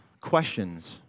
Questions